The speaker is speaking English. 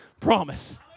promise